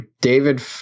David